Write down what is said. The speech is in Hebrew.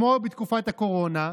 כמו בתקופת הקורונה,